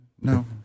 No